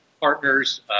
partners